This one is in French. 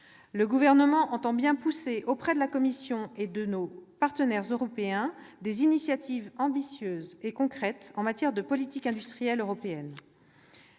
Le Gouvernement entend bien pousser auprès de la Commission et de nos partenaires européens des initiatives ambitieuses et concrètes en matière de politique industrielle européenne.